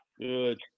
Good